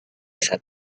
saat